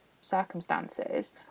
circumstances